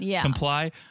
comply